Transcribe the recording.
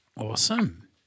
Awesome